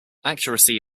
accuracy